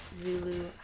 Zulu